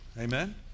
Amen